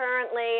currently